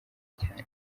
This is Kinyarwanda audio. cyane